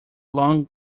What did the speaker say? long